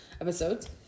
episodes